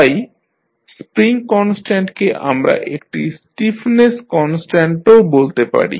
তাই স্প্রিং কনস্ট্যান্টকে আমরা একটি স্টিফনেস কনস্ট্যান্ট ও বলতে পারি